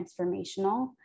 transformational